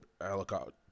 helicopter